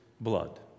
blood